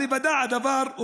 עם היוודע הדבר,